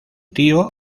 tío